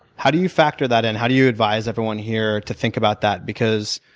how do you factor that in? how do you advise everyone here to think about that? because,